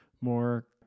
more